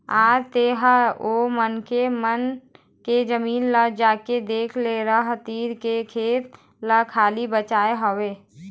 आज तेंहा ओ मनखे मन के जमीन ल जाके देख ले रद्दा तीर के खेत ल खाली बचाय हवय